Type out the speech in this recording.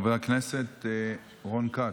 חבר הכנסת רון כץ.